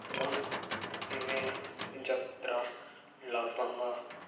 ଏବଂ ସେଥିରେ ତେଜପତ୍ର ଲବଙ୍ଗ